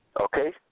Okay